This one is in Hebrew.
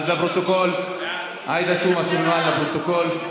אז עאידה תומא סלימאן, לפרוטוקול.